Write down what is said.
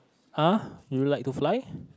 ah you like to fly